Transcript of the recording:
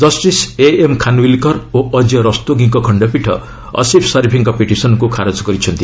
justice AM Khanwilkar ଓ ଅଜୟ ରସ୍ତୋଗୀଙ୍କ ଖଣ୍ଡପୀଠ ଅଶିଫ୍ ସରିଫ୍ଙ୍କ ପିଟିସନ୍କୁ ଖାରଜ କରିଛନ୍ତି